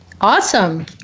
Awesome